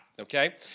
Okay